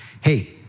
Hey